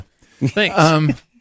Thanks